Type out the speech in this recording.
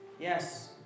Yes